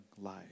life